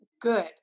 good